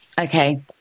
okay